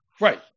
Right